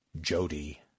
Jody